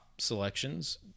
selections